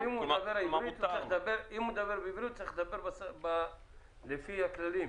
אם הוא מדבר בעברית, הוא צריך לדבר לפי הכללים.